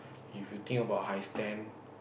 if you think about high stand